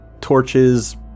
torches